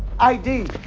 id?